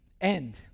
End